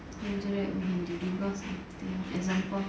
then after that we can deliver something example